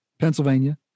Pennsylvania